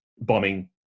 bombing